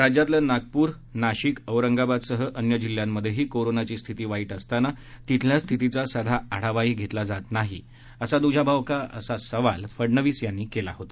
राज्यातले नागपूर नाशिक औरंगाबादसह अन्य जिल्ह्यांमधेही कोरोनाची स्थिती वाईट असताना तिथल्या स्थितीचा साधा आढावाही घेतला जात नाही असा द्जाभाव का असा सवाल फडनवीस यांनी केला होता